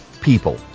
people